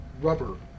rubber